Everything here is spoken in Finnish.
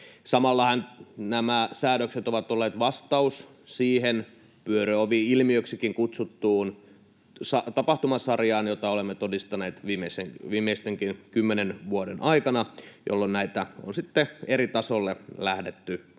Samallahan nämä säädökset ovat olleet vastaus siihen pyöröovi-ilmiöksikin kutsuttuun tapahtumasarjaan, jota olemme todistaneet viimeistenkin kymmenen vuoden aikana, jolloin näitä on sitten eri tasoille lähdetty myös